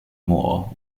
more